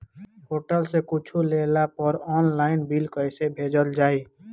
Hotel से कुच्छो लेला पर आनलाइन बिल कैसे भेजल जाइ?